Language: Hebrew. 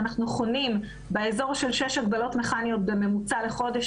אנחנו חונים באזור של שש הגבלות מכניות בממוצע לחודש,